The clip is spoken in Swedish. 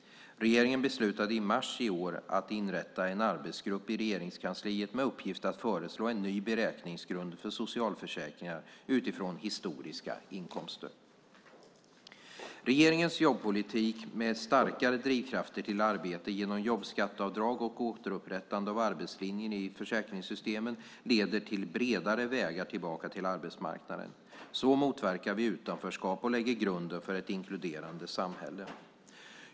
Regeringen beslutade i mars i år att inrätta en arbetsgrupp i Regeringskansliet med uppgift att föreslå en ny beräkningsgrund för socialförsäkringar utifrån historiska inkomster. Regeringens jobbpolitik med starkare drivkrafter till arbete genom jobbskatteavdrag och återupprättande av arbetslinjen i försäkringssystemen leder till bredare vägar tillbaka till arbetsmarknaden. Så motverkar vi utanförskap och lägger grunden för ett inkluderande samhälle.